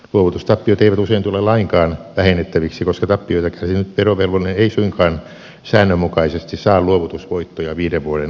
luovutustappiot eivät usein tule lainkaan vähennettäviksi koska tappioita kärsinyt verovelvollinen ei suinkaan säännönmukaisesti saa luovutusvoittoja viiden vuoden aikana